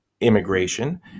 Immigration